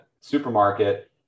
supermarket